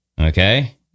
Okay